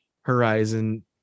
horizon